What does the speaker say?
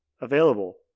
available